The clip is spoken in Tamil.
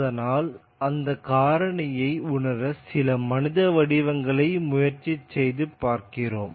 அதனால் அந்த காரணியை உணர சில மனித வடிவங்களை முயற்சி செய்து பார்ப்போம்